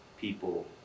people